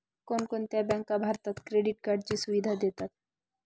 कोणकोणत्या बँका भारतात क्रेडिट कार्डची सुविधा देतात?